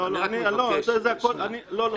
אני רק מבקש --- לא, לא.